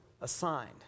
assigned